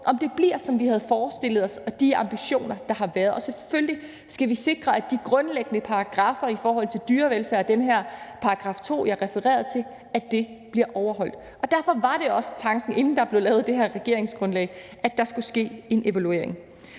om det bliver, som vi havde forestillet os, og om det lever op til de ambitioner, der har været; og selvfølgelig skal vi sikre, at de grundlæggende paragraffer i forhold til dyrevelfærd, altså den her § 2, jeg refererede til, bliver overholdt. Derfor var det også tanken, inden der blev lavet det her regeringsgrundlag, at der skulle ske en evaluering.